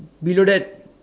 below that